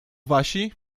wasi